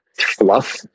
fluff